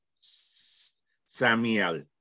Samuel